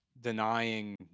Denying